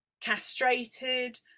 castrated